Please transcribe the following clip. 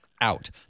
out